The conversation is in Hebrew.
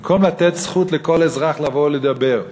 במקום לתת זכות לכל אזרח לבוא לדבר,